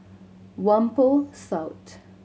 Whampoa South